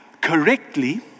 correctly